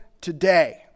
today